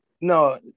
no